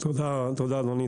תודה אדוני,